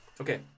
okay